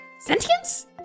Sentience